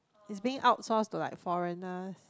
it's being outsource like foreigner